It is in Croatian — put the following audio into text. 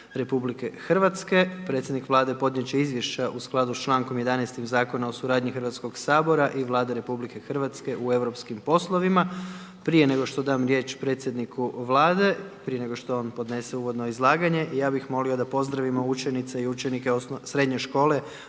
Vlade RH. Predsjednik Vlade podnijeti će izvješće u skladu s čl. 11. Zakona o suradnji Hrvatskog sabora i Vlade RH u europskim poslovima. Prije nego što dam riječ predsjedniku Vlade, prije nego što on podnese uvodno izlaganje, ja bi molio da pozdravimo učenice i učenike Srednje škole